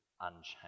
unchanged